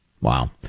Wow